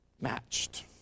matched